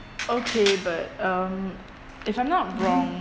okay but um if I'm not wrong